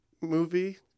movie